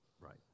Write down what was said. Right